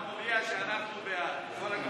תודיע שאתה בעד.